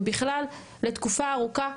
ובכלל לתקופה ארוכה.